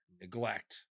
neglect